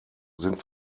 sind